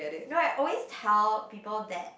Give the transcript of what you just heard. no I always tell people that